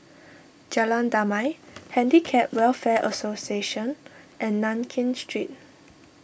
Jalan Damai Handicap Welfare Association and Nankin Street